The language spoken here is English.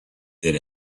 that